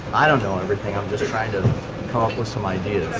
i don't know everything. i'm just trying to come up with some ideas,